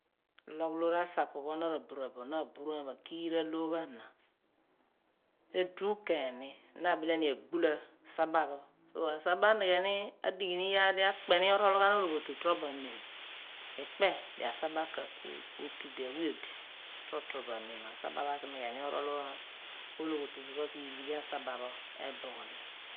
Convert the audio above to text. Ologh loor asapu pho na ra bura bo na aburaam agiira wor pho ana edugh ken ni na abile ni agbula saba pho ku asaba pho anegheni adigh ni iyaar di akpe ni otol ghen ologhioh torobo ahmem asaba anighe ni mol ologhiotu because iideghi asaba pho ebugh ni